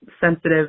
sensitive